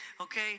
okay